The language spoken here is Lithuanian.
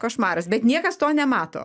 košmaras bet niekas to nemato